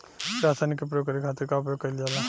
रसायनिक के प्रयोग करे खातिर का उपयोग कईल जाला?